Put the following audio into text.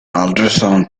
ultrasound